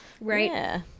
Right